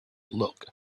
luck